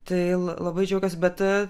tai labai džiaugiuosi bet